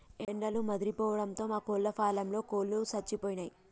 ఎండలు ముదిరిపోవడంతో మా కోళ్ళ ఫారంలో కోళ్ళు సచ్చిపోయినయ్